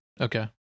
Okay